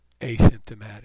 asymptomatic